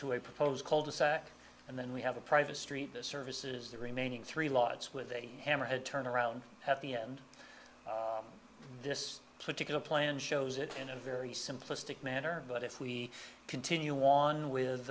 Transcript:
to a proposed cul de sac and then we have a private street disservices the remaining three lots with a hammer head turn around at the end of this particular plan shows it in a very simplistic manner but if we continue on with